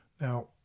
Now